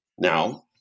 Now